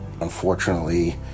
Unfortunately